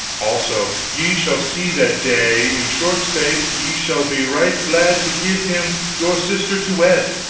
also ye shall see that day in short space ye shall be right glad to give him your sister to wed.